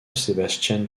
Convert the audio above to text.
sebastian